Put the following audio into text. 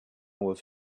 was